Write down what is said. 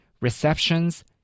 receptions